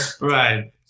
right